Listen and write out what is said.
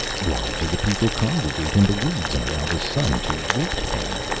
why do the people congregate in the weeds and allow the sun to warp them?